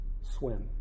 swim